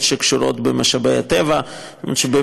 והדבר מחייב את מחזיקי תעודת המעבר לחדש מסמך זה שוב